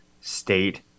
state